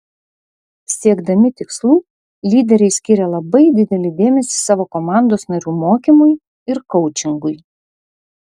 siekdami tikslų lyderiai skiria labai didelį dėmesį savo komandos narių mokymui ir koučingui